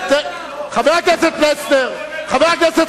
אדוני יושב-ראש הכנסת,